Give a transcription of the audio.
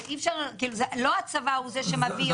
לא הצבא הוא זה שמביא אותם.